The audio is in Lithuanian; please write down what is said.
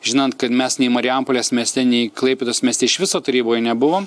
žinant kad mes nei marijampolės mieste nei klaipėdos mieste iš viso taryboje nebuvom